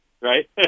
right